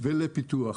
ולפיתוח.